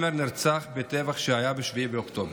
נרצח בטבח שהיה ב-7 באוקטובר,